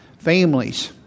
families